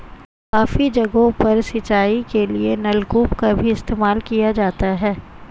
काफी जगहों पर सिंचाई के लिए नलकूप का भी इस्तेमाल किया जाता है